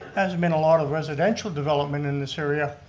hasn't been a lot of residential development in this area,